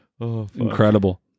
Incredible